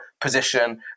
position